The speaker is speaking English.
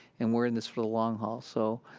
and we're in this for the long haul, so.